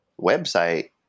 website